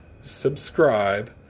subscribe